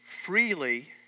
freely